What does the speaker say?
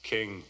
King